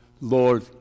Lord